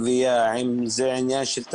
אם זה עניין של גבייה,